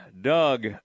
Doug